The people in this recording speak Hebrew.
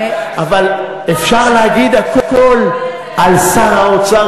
אפשר להגיד הכול על שר האוצר,